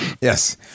Yes